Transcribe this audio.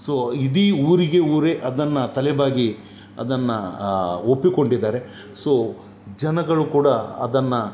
so ಇಡೀ ಊರಿಗೆ ಊರೇ ಅದನ್ನು ತಲೆ ಬಾಗಿ ಅದನ್ನು ಒಪ್ಪಿಕೊಂಡಿದ್ದಾರೆ ಸೊ ಜನಗಳು ಕೂಡ ಅದನ್ನ